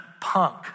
punk